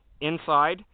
inside